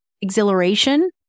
exhilaration